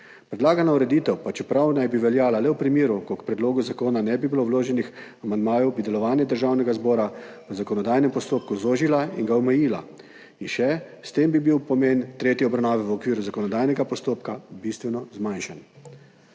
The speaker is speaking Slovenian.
»Predlagana ureditev, pa čeprav naj bi veljala le v primeru, ko k predlogu zakona ne bi bilo vloženih amandmajev, bi delovanje Državnega zbora v zakonodajnem postopku zožila in ga omejila. S tem bi bil pomen tretje obravnave v okviru zakonodajnega postopka bistveno zmanjšan.«